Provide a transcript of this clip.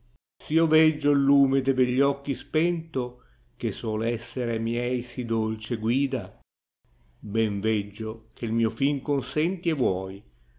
io veggio il lume de begli occhi spento che suole essere a miei sì dolce guida ben veggio che l mio fin consenti e vuoi